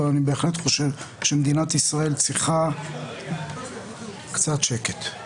אבל אני בהחלט חושב שמדינת ישראל צריכה קצת שקט.